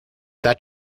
that